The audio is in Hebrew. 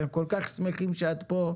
אנחנו כל כך שמחים שאת כאן.